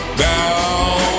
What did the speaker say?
down